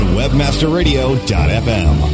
webmasterradio.fm